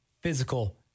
physical